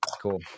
cool